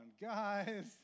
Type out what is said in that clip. guys